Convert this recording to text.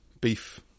beef